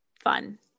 Fun